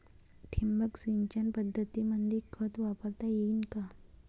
ठिबक सिंचन पद्धतीमंदी खत वापरता येईन का?